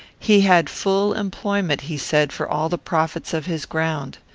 he had full employment, he said, for all the profits of his ground.